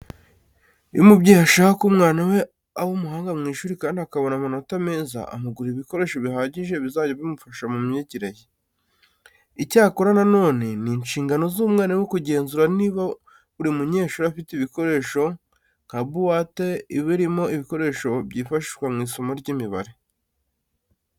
Iyo umubyeyi ashaka ko umwana we aba umuhanga mu ishuri kandi akabona amanota meza, amugurira ibikoresho bihagije bizajya bimufasha mu myigire ye. Icyakora na none, ni inshingano z'umwarimu kugenzura niba buri munyeshuri afite ibikoresho nka buwate iba irimo ibikoresho byifashishwa mu isomo ry'imibare.